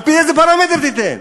על-פי איזה פרמטר תיתן?